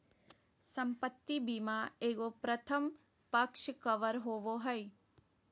संपत्ति बीमा एगो प्रथम पक्ष कवर होबो हइ